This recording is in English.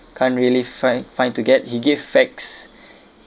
can't really find find to get he gave facts